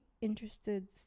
interested